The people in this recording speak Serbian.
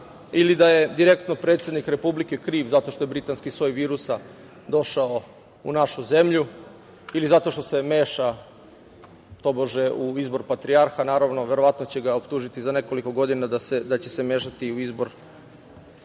ili da je direktno predsednik Republike kriv zato što je britanski soj virusa došao u našu zemlju, ili zato što se meša tobože u izbor patrijarha. Naravno, verovatno će ga optužiti za nekoliko godina da će se mešati i u izbor Pape